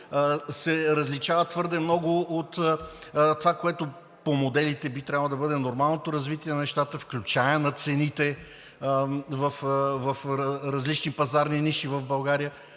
се различава твърде много от това, което по моделите би трябвало да бъде нормалното развитие на нещата, включая цените в различни пазарни ниши в България.